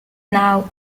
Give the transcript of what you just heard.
now